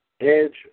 Edge